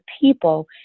people